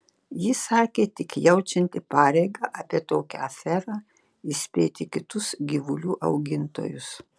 ji sakė tik jaučianti pareigą apie tokią aferą įspėti kitus gyvulių augintojus